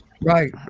Right